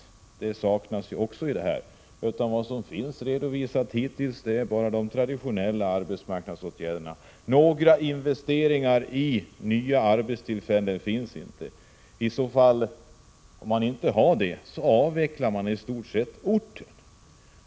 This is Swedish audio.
Också detta saknas, utan allt vad som finns redovisat hittills är de traditionella arbetsmarknadsåtgärderna. Några investeringar i nya arbetstillfällen finns inte. Om man inte har det så avvecklar man i stort sett hela orten.